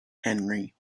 henry